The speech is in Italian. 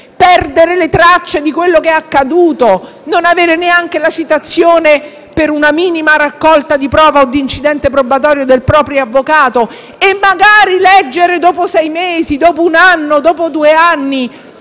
perdere le tracce di quello che è accaduto, non avere neanche la citazione per una minima raccolta di prova o di incidente probatorio del proprio avvocato, e magari leggere dopo sei mesi, dopo uno o due anni